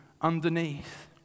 underneath